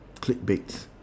clickbait